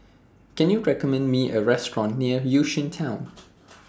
Can YOU recommend Me A Restaurant near Yishun Town